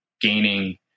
gaining